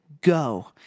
Go